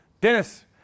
Dennis